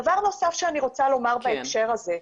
דבר נוסף שאני רוצה לומר בהקשר הזה,